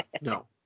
no